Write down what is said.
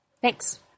Thanks